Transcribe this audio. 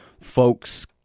folks